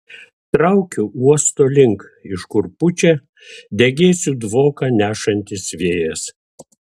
traukiu uosto link iš kur pučia degėsių dvoką nešantis vėjas